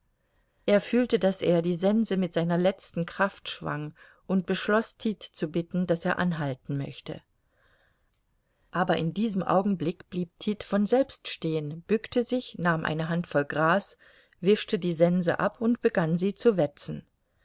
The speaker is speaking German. er fühlte daß er die sense mit seiner letzten kraft schwang und beschloß tit zu bitten daß er anhalten möchte aber in diesem augenblick blieb tit von selbst stehen bückte sich nahm eine handvoll gras wischte die sense ab und begann sie zu wetzen